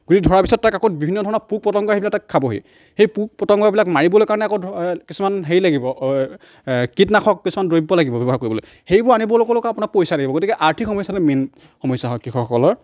গুটি ধৰাৰ পিছত তাক আকৌ বিভিন্ন ধৰণৰ পোক পতঙ্গই আহি পেলাই তাক খাবহি সেই পোক পতঙ্গ বিলাক মাৰিবলৈ কাৰণে আকৌ ধৰ কিছুমান হেৰি লাগিব কীটনাশক কিছুমান দ্ৰব্য লাগিব ব্যৱহাৰ কৰিবলৈ সেইবোৰ আনিবলৈকো লৈকো আপোনাৰ পইচা লাগিব গতিকে আৰ্থিক সমস্যাটো মেইন সমস্যা হয় কৃষকসকলৰ